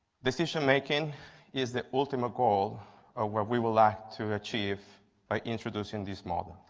decision-making is the ultimate goal of where we will like to achieve by introducing this model.